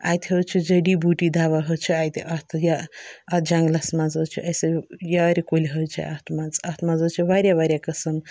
اَتہِ حظ چھِ جٔڈی بوٗٹی دَوا حظ چھِ اَتہِ اَتھ یہِ اَتھ جنٛگلَس منٛز حظ چھِ اَسہِ یارِ کُلۍ حظ چھِ اَتھ منٛز اَتھ منٛز حظ چھِ واریاہ واریاہ قسٕم